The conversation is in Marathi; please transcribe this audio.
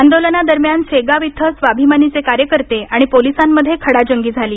आंदोलना दरम्यान शेगाव इथं स्वाभिमानीचे कार्यकर्ते आणि पोलिसांमध्ये खडाजंगी झाली